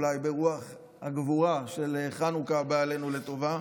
ברוח הגבורה של חנוכה הבא עלינו לטובה,